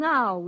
Now